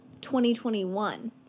2021